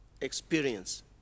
experience